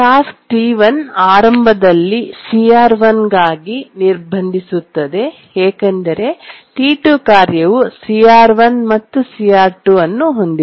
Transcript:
task T1 ಆರಂಭದಲ್ಲಿ CR1 ಗಾಗಿ ನಿರ್ಬಂಧಿಸುತ್ತದೆ ಏಕೆಂದರೆ T2 ಕಾರ್ಯವು CR1 ಮತ್ತು CR2 ಅನ್ನು ಹೊಂದಿದೆ